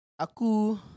Aku